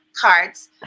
cards